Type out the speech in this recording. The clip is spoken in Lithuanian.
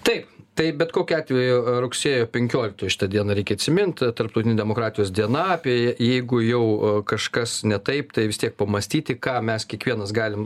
taip tai bet kokiu atveju rugsėjo penkioliktoji šitą dieną reikia atsimint tarptautinė demokratijos diena apie jeigu jau kažkas ne taip tai vis tiek pamąstyti ką mes kiekvienas galim